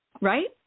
right